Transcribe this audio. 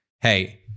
Hey